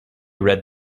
read